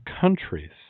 countries